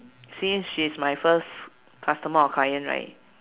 since she is my first customer or client right